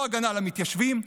לא הגנה על המתיישבים,